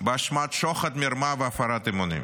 באשמת שוחד, מרמה והפרת אמונים.